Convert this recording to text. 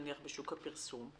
נניח בשוק הפרסום?